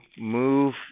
move